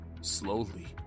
Slowly